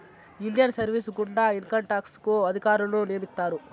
Indian service గుండా income tax అధికారులను నియమిత్తారు